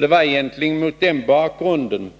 Det var egentligen mot bakgrund